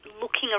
looking